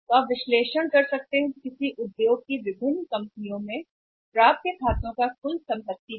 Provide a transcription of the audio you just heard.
तो आप विश्लेषण कर सकते हैं कि में किसी भी उद्योग में विभिन्न कंपनियों के रूप में प्राप्य खातों का प्रतिशत क्या है कुल संपत्ति का प्रतिशत